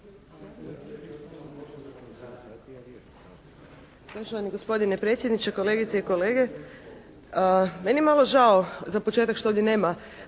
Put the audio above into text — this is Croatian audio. Poštovani gospodine predsjedniče, kolegice i kolege. Meni je malo žao za početak što ovdje nema